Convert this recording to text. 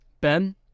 Ben